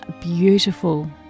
beautiful